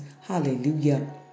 Hallelujah